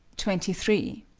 twenty three.